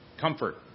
Comfort